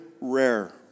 rare